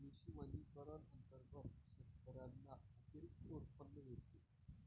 कृषी वनीकरण अंतर्गत शेतकऱ्यांना अतिरिक्त उत्पन्न मिळते